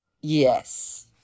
Yes